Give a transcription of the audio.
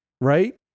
right